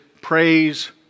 praise